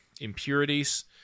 impurities